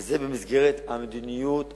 וזה במסגרת מדיניות התכנון.